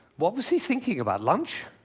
what was he thinking about? lunch?